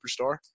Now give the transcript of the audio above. superstar